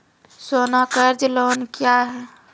सोना कर्ज लोन क्या हैं?